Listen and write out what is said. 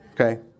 Okay